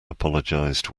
apologized